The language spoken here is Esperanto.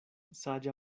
saĝa